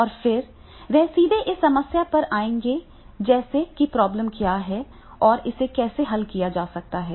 और फिर वह सीधे इस समस्या पर आएगा जैसे कि प्रोब्लम क्या है और इसे कैसे हल किया जा सकता है